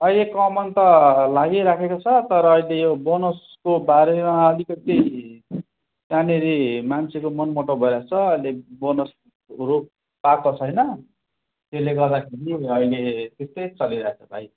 अहिले कमान त लागिराखेको छ तर अहिले यो बोनसको बारेमा अलिकति त्यहाँनिर मान्छेको मनमुटाउ भइरहेको छ अहिले बोनस रो पाएको छैन त्यसले गर्दाखेरि अहिले त्यस्तै चलिरहेछ भाइ